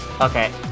Okay